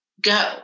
go